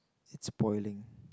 it's spoiling